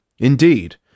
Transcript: Indeed